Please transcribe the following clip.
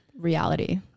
reality